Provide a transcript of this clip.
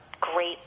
great